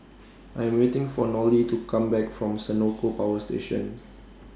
I Am waiting For Nolie to Come Back from Senoko Power Station